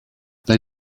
they